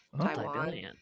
Taiwan